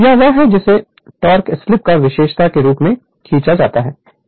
यह वह है जिसे टोक़ स्लीप की विशेषता के रूप में खींचा जाता है